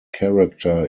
character